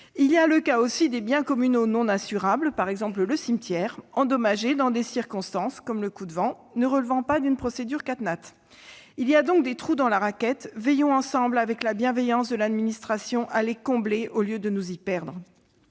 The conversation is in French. citer le cas des biens communaux non assurables- par exemple le cimetière -endommagés dans des circonstances, comme le coup de vent, ne relevant pas d'une procédure CatNat. Il y a donc des trous dans la raquette ! Veillons ensemble, avec la bienveillance de l'administration, à les combler au lieu de nous y perdre.